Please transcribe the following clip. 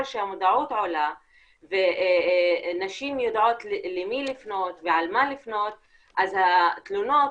שהמודעות עולה ונשים יודעות למי לפנות ועל מה לפנות אז התלונות,